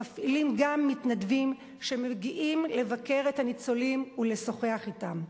מפעילים גם מתנדבים שמגיעים לבקר את הניצולים ולשוחח אתם.